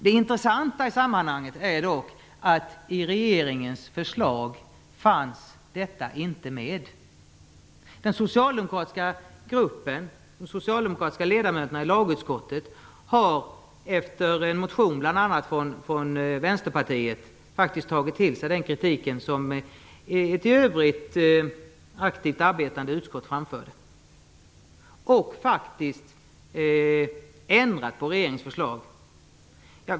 Det intressanta i sammanhanget är dock att detta inte fanns med i regeringens förslag. De socialdemokratiska ledamöterna i lagutskottet har efter en motion från bl.a. vänsterpartiet faktiskt tagit till sig den kritik som ett i övrigt aktivt arbetande utskott framförde. Man har faktiskt ändrat på regeringens förslag.